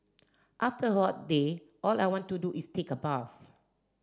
after a hot day all I want to do is take a bath